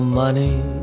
money